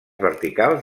verticals